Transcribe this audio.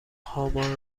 هامان